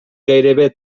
gairebé